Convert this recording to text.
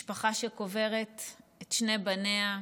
משפחה שקוברת את שני בניה,